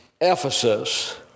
Ephesus